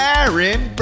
Aaron